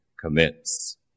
commits